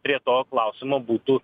prie to klausimo būtų